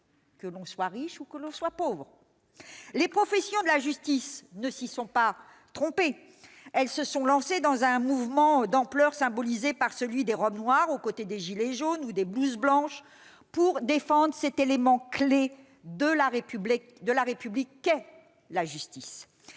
que l'on est riche ou pauvre. Les professions de la justice ne s'y sont pas trompées. Elles se sont lancées dans un mouvement d'ampleur, symbolisé par celui des robes noires, aux côtés des gilets jaunes ou des blouses blanches, pour défendre cet élément clé de la République qu'est la justice.